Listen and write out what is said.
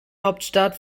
hauptstadt